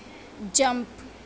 jump